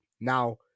Now